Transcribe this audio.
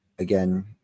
Again